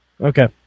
Okay